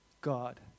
God